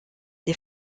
les